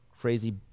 crazy